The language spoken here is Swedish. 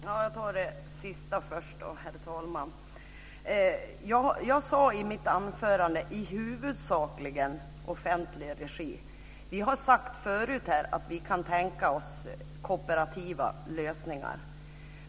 Herr talman! Jag tar det sista först. Jag talade i mitt anförande om huvudsakligen i offentlig regi. Vi har sagt förut att vi kan tänka oss kooperativa lösningar.